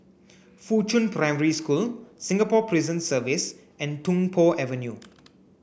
Fuchun Primary School Singapore Prison Service and Tung Po Avenue